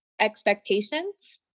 expectations